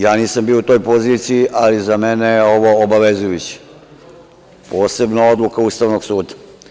Ja nisam bio u toj poziciji, ali i za mene je ovo obavezujuće, posebno odluka Ustavnog suda.